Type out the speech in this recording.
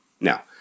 Now